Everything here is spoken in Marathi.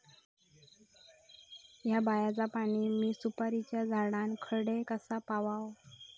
हया बायचा पाणी मी सुपारीच्या झाडान कडे कसा पावाव?